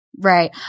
Right